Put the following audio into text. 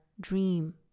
dream